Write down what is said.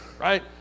right